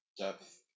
depth